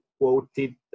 quoted